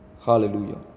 Hallelujah